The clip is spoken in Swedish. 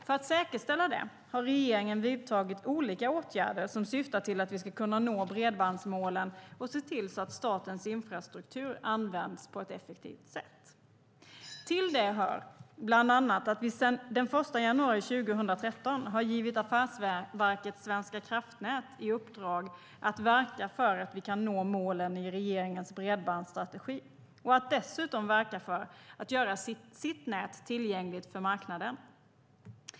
För att säkerställa det har regeringen vidtagit olika åtgärder som syftar till att vi ska kunna nå bredbandsmålen och se till att statens infrastruktur används på ett effektivt sätt. Till det hör bland annat att vi sedan den 1 januari 2013 har givit Affärsverket svenska kraftnät i uppdrag att verka för att vi kan nå målen i regeringens bredbandsstrategi och att de dessutom ska verka för att göra sitt nät tillgängligt för marknaden.